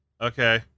Okay